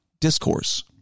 discourse